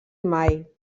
mai